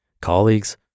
colleagues